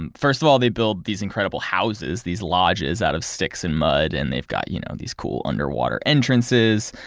and first of all, they build these incredible houses, these lodges out of sticks and mud, and they've got you know these cool underwater entrances.